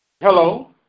Hello